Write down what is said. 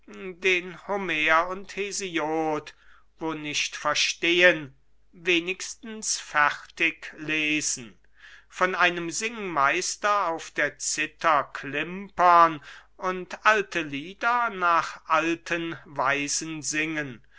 den homer und hesiod wo nicht verstehen wenigstens fertig lesen von einem singmeister auf der cither klimpern und alte lieder nach alten weisen singen